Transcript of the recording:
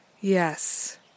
Yes